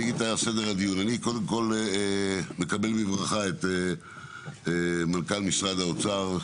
אני מקבל בברכה את מנכ"ל משרד האוצר,